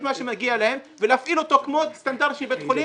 מה שמגיע להם ולהפעיל אותו בסטנדרט של בית חולים,